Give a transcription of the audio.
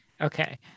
Okay